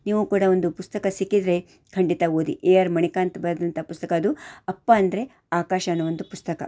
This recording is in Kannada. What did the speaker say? ನೀವೂ ಕೂಡ ಒಂದು ಪುಸ್ತಕ ಸಿಕ್ಕಿದರೆ ಖಂಡಿತ ಓದಿ ಎ ಆರ್ ಮಣಿಕಾಂತ್ ಬರೆದಂಥ ಪುಸ್ತಕ ಅದು ಅಪ್ಪ ಅಂದ್ರೆ ಆಕಾಶ ಅನ್ನುವಂಥ ಪುಸ್ತಕ